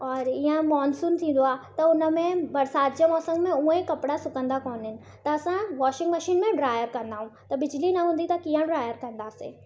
और इअं मॉनसून थींदो आहे त उन में बरसाति जे मौसम में हूंअ ई कपिड़ा सुकंदा कोन्हनि त असां वॉशिंग मशीन में ड्रायर कंदा आहियूं त बिजली न हूंदी त कीअं ड्रायर कंदासीं